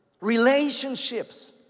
relationships